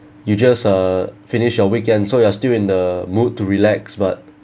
you just uh finish your weekend so you are still in the mood to relax but